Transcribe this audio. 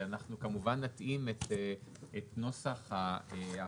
לומר שאנחנו כמובן נתאים את נוסח ההפרות